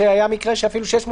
תיעדוף.